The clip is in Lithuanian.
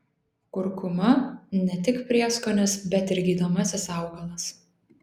kurkuma ne tik prieskonis bet ir gydomasis augalas